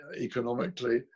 economically